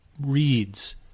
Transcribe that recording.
reads